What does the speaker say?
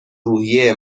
روحیه